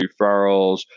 referrals